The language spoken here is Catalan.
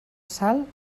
sal